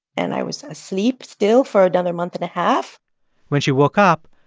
and i was asleep still for another month and a half when she woke up,